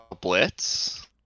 Blitz